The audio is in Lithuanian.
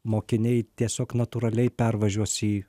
mokiniai tiesiog natūraliai pervažiuos į